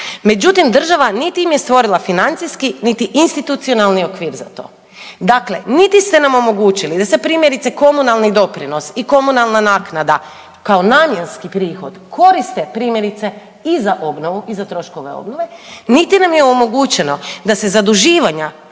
Međutim, država niti im je stvorila financijski niti institucionalni okvir za to. Dakle, niti ste nam omogućili da se primjerice, komunalni doprinosi i komunalna naknada kao namjenski prihod, koriste, primjerice i za obnovu i za troškove obnove niti nam je omogućeno da se zaduživanja,